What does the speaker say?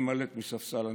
ולהימלט מספסל הנאשמים.